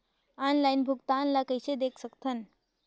Online भुगतान ल कइसे देख सकथन?